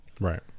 Right